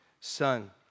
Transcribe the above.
Son